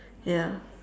ya